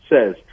says